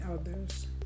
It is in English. others